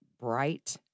Bright